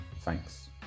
Thanks